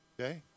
Okay